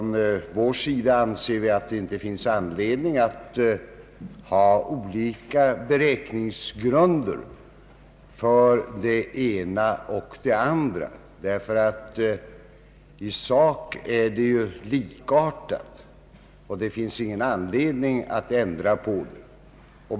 Vi anser att det inte finns anledning att ha olika beräkningsgrunder för de båda partistöden som i sak är likartade.